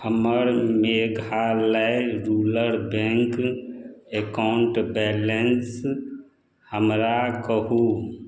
हमर Meghalaya rural bank account balance हमरा कहू